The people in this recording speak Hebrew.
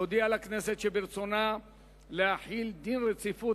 להודיע לכנסת שברצונה להחיל דין רציפות